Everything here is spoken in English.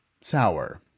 sour